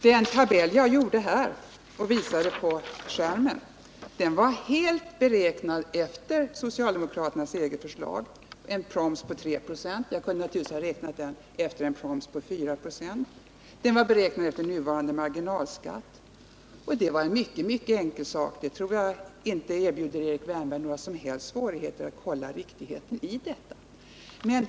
Den tabell som jag visade på bildskärmen var beräknad helt på grundval av socialdemokraternas eget förslag, dvs. med en proms på 3 96 — jag kunde naturligtvis också ha räknat med en proms på 4 26 — och med nuvarande marginalskatt. Det var en mycket enkel uppställning, och jag tror inte att det erbjuder Erik Wärnberg någon som helst svårighet att kontrollera dess riktighet.